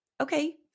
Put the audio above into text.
okay